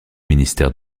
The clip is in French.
ministère